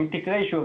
אם תקראי שוב,